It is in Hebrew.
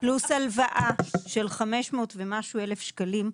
פלוס הלוואה של 500,000 ומשהו שקלים.